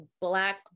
black